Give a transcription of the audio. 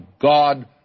God